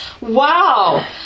Wow